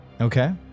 Okay